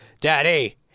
Daddy